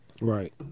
Right